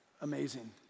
Amazing